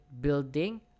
building